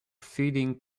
feeding